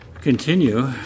Continue